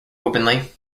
openly